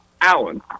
Allen